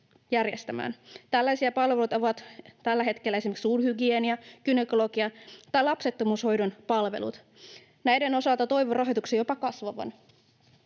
Tällaisia palveluita ovat tällä hetkellä esimerkiksi suun hygienia, gynekologia tai lapsettomuushoidon palvelut. Näiden osalta toivon rahoituksen jopa kasvavan.